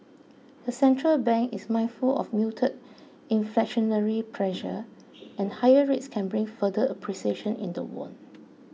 the central bank is mindful of muted inflationary pressure and higher rates can bring further appreciation in the won